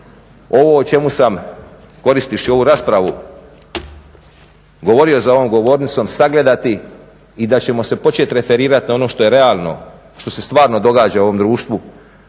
ovo o čemu sam koristivši ovu raspravu govorio za ovom govornicom sagledati i da ćemo se početi referirati na ono što je realno, što se stvarno događa ovom društvu,